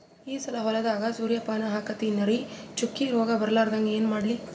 ಈ ಸಲ ಹೊಲದಾಗ ಸೂರ್ಯಪಾನ ಹಾಕತಿನರಿ, ಚುಕ್ಕಿ ರೋಗ ಬರಲಾರದಂಗ ಏನ ಮಾಡ್ಲಿ?